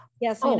Yes